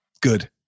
Good